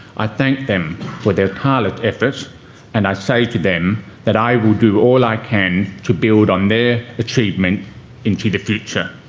i thank them for their tireless efforts and i say to them that i will do all i can to build on their achievements into the future.